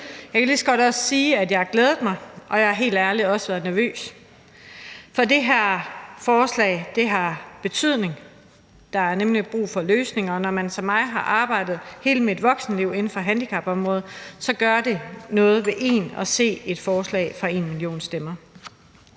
Jeg kan også lige så godt sige, at jeg har glædet mig, og jeg har helt ærligt også været nervøs, for det her forslag har betydning, for der er nemlig brug for løsninger, og når man som mig har arbejdet hele sit voksenliv inden for handicapområdet, gør det noget ved en at se et forslag fra #enmillionstemmer.